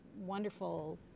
wonderful